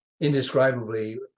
indescribably